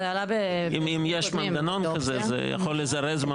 אם יש מנגנון כזה זה יכול לזרז.